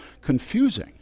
confusing